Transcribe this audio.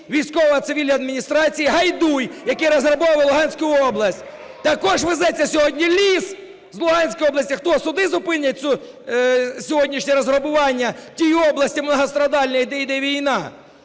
військово-цивільної адміністрації, Гайдай, який розграбовує Луганську область. Також везеться сьогодні ліс з Луганської області. Хто, суди зупинять це сьогоднішнє розграбування тієї області